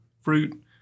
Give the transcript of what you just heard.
fruit